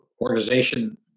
organization